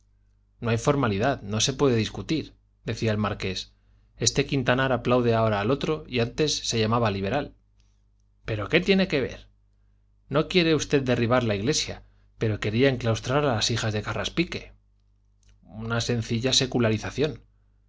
no hay formalidad no se puede discutir decía el marqués este quintanar aplaude ahora al otro y antes se llamaba liberal pero qué tiene que ver no quiere usted derribar la iglesia pero quería exclaustrar a las hijas de carraspique una sencilla